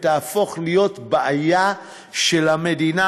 ותהפוך להיות בעיה של המדינה,